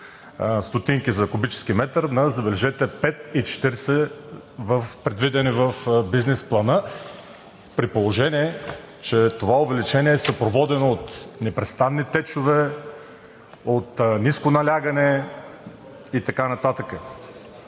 2,38 лв. за кубически метър на, забележете, 5,40 лв., предвидени в бизнес плана, при положение че това увеличение е съпроводено от непрестанни течове, от ниско налягане и така нататък.